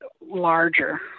larger